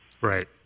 Right